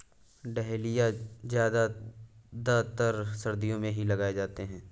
dahlia ज्यादातर सर्दियो मे ही लगाये जाते है